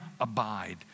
abide